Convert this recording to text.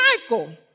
Michael